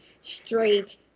straight